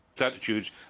attitudes